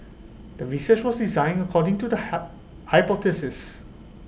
the research was designed according to the hype hypothesis